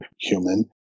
human